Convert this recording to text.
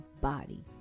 body